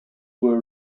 were